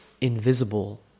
invisible